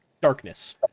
darkness